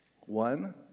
One